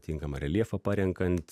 tinkamą reljefą parenkant